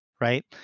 right